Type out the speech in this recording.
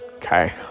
Okay